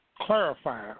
clarify